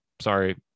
Sorry